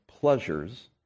pleasures